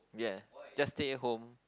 yeah just stay at home